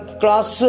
class